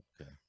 Okay